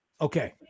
Okay